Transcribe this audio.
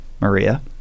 Maria